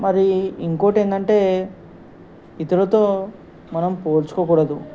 మరి ఇంకొకటి ఏంటంటే ఇతరుతో మనం పోల్చుకోకూడదు